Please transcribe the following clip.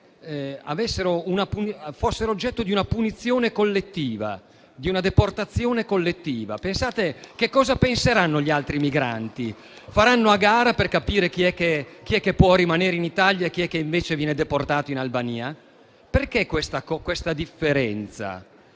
fossero oggetto di una punizione collettiva, di una deportazione collettiva. Cosa penseranno gli altri migranti? Faranno a gara per capire chi è che può rimanere in Italia e chi è che invece viene deportato in Albania. Perché questa differenza?